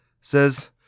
says